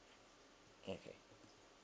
okay